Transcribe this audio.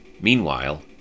Meanwhile